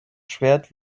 schwert